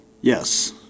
Yes